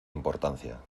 importancia